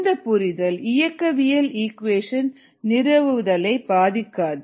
இந்தப் புரிதல் இயக்கவியல் ஈக்குவேஷன் நிறுவுதலை பாதிக்காது